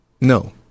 no